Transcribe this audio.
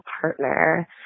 partner